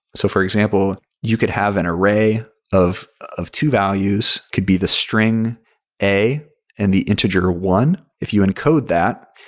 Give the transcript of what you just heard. so, for example, you could have an array of of two values. could be the string a and the integer one. if you encode that,